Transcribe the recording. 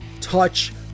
touch